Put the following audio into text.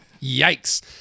Yikes